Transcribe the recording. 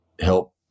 help